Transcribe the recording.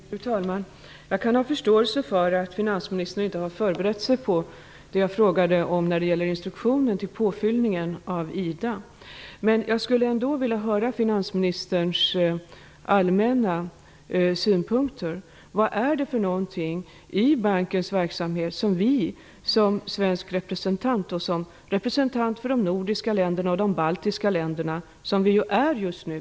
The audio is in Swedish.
Fru talman! Jag kan ha förståelse för att finansministern inte har förberett sig på det jag frågade om när det gäller instruktionen till påfyllningen av IDA. Jag skulle ändå vilja höra finansministerns allmänna synpunkter. Vad är det för någonting i bankens verksamhet som vi som svensk representant och som representant för de nordiska och för de baltiska länderna skall prioritera?